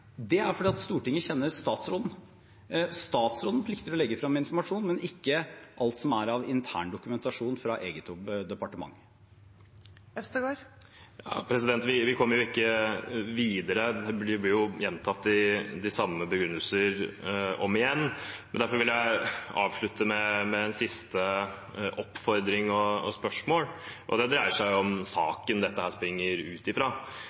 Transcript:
Det er fordi Stortinget kjenner statsråden. Statsråden plikter å legge frem informasjon, men ikke alt som er av intern dokumentasjon fra eget departement. Vi kommer ikke videre, de samme begrunnelsene blir gjentatt om igjen. Derfor vil jeg avslutte med en siste oppfordring og et siste spørsmål. Det dreier seg om saken dette springer ut